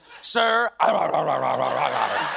Sir